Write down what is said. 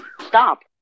Stop